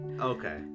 Okay